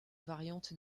variantes